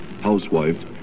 housewife